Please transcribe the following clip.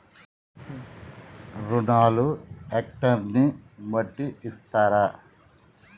రుణాలు హెక్టర్ ని బట్టి ఇస్తారా?